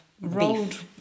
rolled